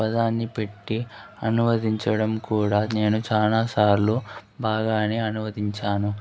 పదాన్నిపెట్టి అనువదించడం కూడా నేను చానా సార్లు బాగానే అనువదించాను